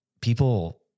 people